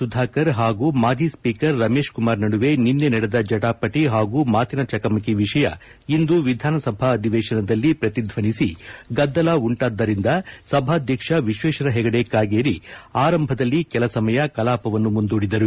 ಸುಧಾಕರ್ ಹಾಗೂ ಮಾಜಿ ಸ್ವೀಕರ್ ರಮೇಶ್ ಕುಮಾರ್ ಅವರ ನಡುವೆ ನಿನ್ನೆ ನಡೆದ ಜಟಾಪಟ ಹಾಗೂ ಮಾತಿನ ಚಕಮಕಿ ವಿಷಯ ಇಂದು ವಿಧಾನಸಭಾ ಅಧಿವೇಶನದಲ್ಲಿ ಪ್ರತಿಧ್ವನಿಸಿ ಗದ್ದಲ ಉಂಟಾದುದರಿಂದ ಸಭಾಧ್ಯಕ್ಷ ವಿಶೇಶ್ವರ ಹೆಗಡೆ ಕಾಗೇರಿ ಆರಂಭದಲ್ಲಿ ಕೆಲ ಸಮಯ ಕಲಾಪವನ್ನು ಮುಂದೂಡಿದರು